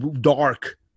dark